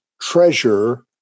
treasure